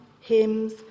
hymns